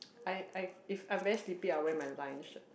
I I if I'm very sleep I'll wear my line shirt